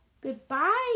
goodbye